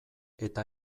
eta